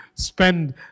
spend